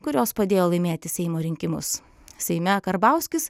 kurios padėjo laimėti seimo rinkimus seime karbauskis